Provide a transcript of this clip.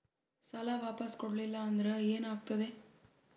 ಸಾಲ ವಾಪಸ್ ಕೊಡಲಿಲ್ಲ ಅಂದ್ರ ಏನ ಆಗ್ತದೆ?